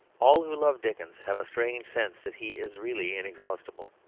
all who love dickens have a strange sense that he is really inexhaustible.